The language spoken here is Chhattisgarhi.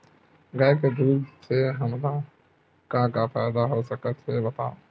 गाय के दूध से हमला का का फ़ायदा हो सकत हे बतावव?